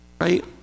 Right